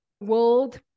world